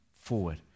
forward